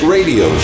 Radio